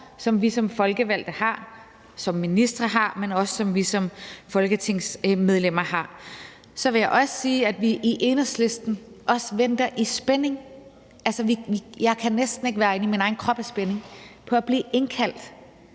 som vi som folkevalgte har, som ministre har, og som vi som folketingsmedlemmer også har. Så vil jeg også sige, at vi i Enhedslisten venter i spænding – altså, jeg kan næsten ikke være i min egen krop af spænding – på at blive indkaldt